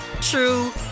true